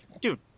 Dude